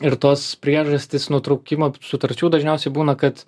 ir tos priežastys nutraukimo sutarčių dažniausiai būna kad